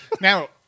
now